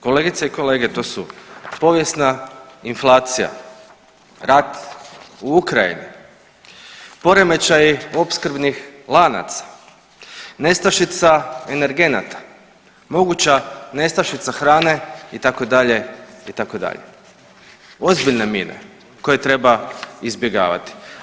Kolegice i kolege, to su povijesna inflacija, rat u Ukrajini, poremećaji opskrbnih lanaca, nestašica energenata, moguća nestašica hrane itd., itd. ozbiljne mine koje treba izbjegavati.